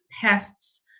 pests